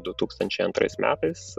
du tūkstančiai antrais metais